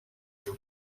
from